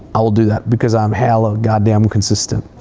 i will do that, because i'm hella goddamn consistent.